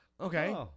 Okay